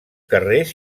carrers